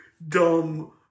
dumb